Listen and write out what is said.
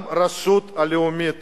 גם הרשות הלאומית